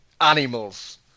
animals